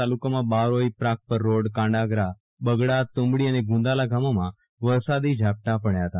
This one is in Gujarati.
તાલુકામાં બારોઇ પ્રાગપર રોડ કાંડાગરા બગડા તુંબડી અને ગુંદાળા ગામોમાં વરસાદી ઝાપટાં પડ્યા હતા